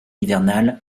hivernal